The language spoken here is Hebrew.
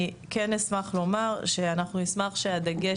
אני כן אשמח ואומר שאנחנו נשמח שהדגש